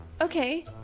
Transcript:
okay